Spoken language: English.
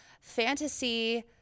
fantasy